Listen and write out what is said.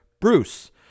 Bruce